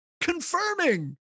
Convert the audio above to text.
confirming